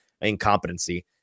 incompetency